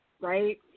right